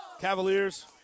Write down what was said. Cavaliers